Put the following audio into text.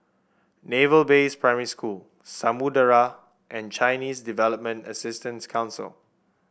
Naval Base Primary School Samudera and Chinese Development Assistant Council